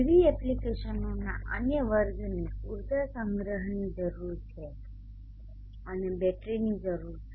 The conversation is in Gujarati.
PV એપ્લિકેશનોના અન્ય વર્ગને ઊર્જા સંગ્રહની જરૂર છે અને બેટરીની જરૂર છે